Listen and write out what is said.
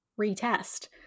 retest